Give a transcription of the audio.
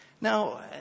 Now